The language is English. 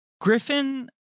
Griffin